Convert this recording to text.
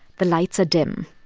the lights are dim.